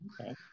Okay